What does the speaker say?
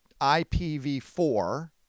IPv4